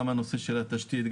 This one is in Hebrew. גם הנושא של התשתית,